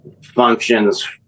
functions